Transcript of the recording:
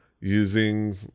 using